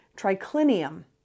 triclinium